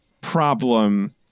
problem